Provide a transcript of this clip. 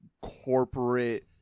corporate